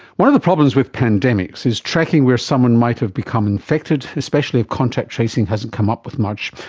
one of the problems with pandemics is tracking where someone might have become infected, especially if contact tracing hasn't come up with much.